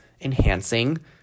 enhancing